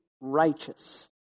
righteous